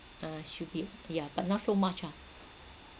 uh should be yeah but not so much ah